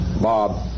Bob